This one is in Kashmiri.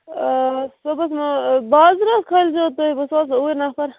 آ صُبحس نہٕ بازرٕ خٲلۍ زیو تُہۍ بہٕ سوزٕ اوٗرۍ نَفر